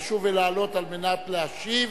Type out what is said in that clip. לשוב ולעלות על מנת להשיב